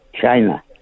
China